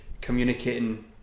communicating